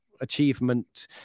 achievement